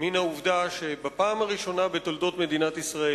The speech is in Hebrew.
מן העובדה שבפעם הראשונה בתולדות מדינת ישראל,